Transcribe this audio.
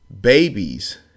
babies